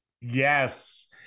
Yes